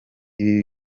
ibi